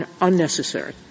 unnecessary